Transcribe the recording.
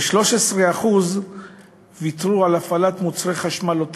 ו-13% ויתרו על הפעלת מוצרי חשמל או טלפון.